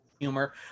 humor